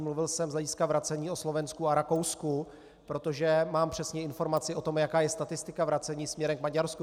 Mluvil jsem z hlediska vracení o Slovensku a Rakousku, protože mám přesně informaci o tom, jaká je statistika vracení směrem k Maďarsku.